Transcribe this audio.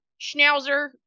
schnauzer